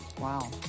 Wow